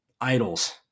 idols